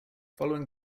following